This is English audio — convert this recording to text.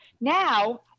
Now